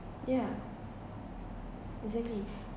yeah exactly